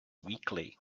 weakly